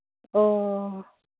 ꯑꯣ